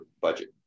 budget